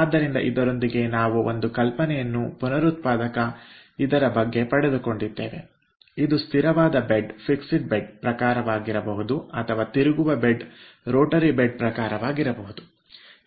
ಆದ್ದರಿಂದ ಇದರೊಂದಿಗೆ ನಾವು ಒಂದು ಕಲ್ಪನೆಯನ್ನು ಪುನರುತ್ಪಾದಕ ಇದರ ಬಗ್ಗೆ ಪಡೆದುಕೊಂಡಿದ್ದೇವೆ ಇದು ಸ್ಥಿರವಾದ ಬೆಡ್ ಪ್ರಕಾರವಾಗಿರಬಹುದು ಅಥವಾ ತಿರುಗುವ ಬೆಡ್ ಪ್ರಕಾರವಾಗಿರಬಹುದು